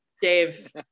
Dave